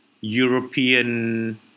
European